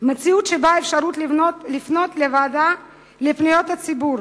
מציאות שבה האפשרות לפנות לוועדה לפניות הציבור